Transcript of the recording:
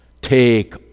take